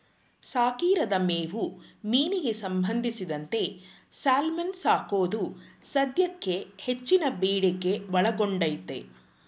ಸಾಕಿರದ ಮೇವು ಮೀನಿಗೆ ಸಂಬಂಧಿಸಿದಂತೆ ಸಾಲ್ಮನ್ ಸಾಕೋದು ಸದ್ಯಕ್ಕೆ ಹೆಚ್ಚಿನ ಬೇಡಿಕೆ ಒಳಗೊಂಡೈತೆ